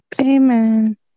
Amen